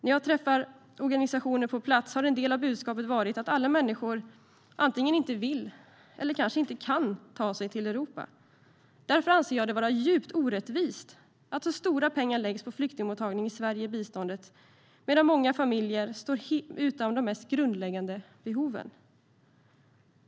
När jag har träffat organisationer på plats har en del av budskapet varit att alla människor antingen inte vill eller inte kan ta sig till Europa. Därför anser jag det vara djupt orättvist att så stora pengar i biståndet läggs på flyktingmottagning i Sverige medan många familjer står utan hjälp för de mest grundläggande behoven.